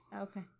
Okay